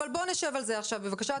אבל בואו נשב על זה עכשיו בבקשה,